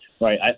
Right